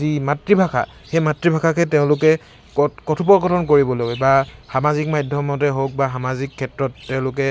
যি মাতৃভাষা সেই মাতৃভাষাকেই তেওঁলোকে ক কথোপকথন কৰিবলৈ বা সামাজিক মাধ্যমতে হওঁক বা সামজিক ক্ষেত্ৰত তেওঁলোকে